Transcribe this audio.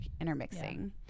intermixing